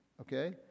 okay